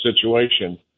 situation